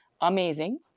amazing